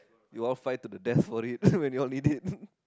you all fight to the death for it when you all need it